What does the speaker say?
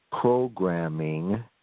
programming